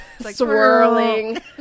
swirling